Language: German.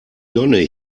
nonne